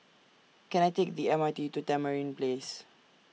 Can I Take The M R T to Tamarind Place